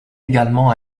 également